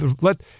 Let